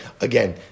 again